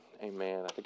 Amen